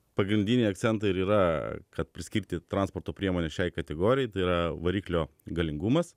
pagrindiniai akcentai ir yra kad priskirti transporto priemones šiai kategorijai tai yra variklio galingumas